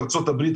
ארה"ב,